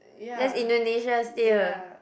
that's Indonesia still